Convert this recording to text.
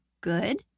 good